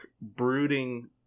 brooding